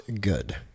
good